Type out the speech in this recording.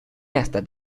hasta